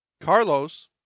Carlos